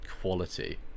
quality